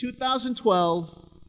2012